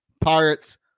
Pirates